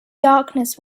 darkness